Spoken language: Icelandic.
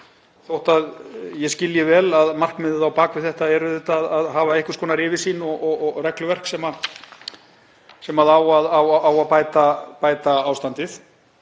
þótt ég skilji vel að markmiðið á bak við þetta sé auðvitað að hafa einhvers konar yfirsýn og regluverk sem á að bæta ástandið.